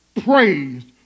praised